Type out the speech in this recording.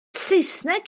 saesneg